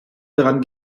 daran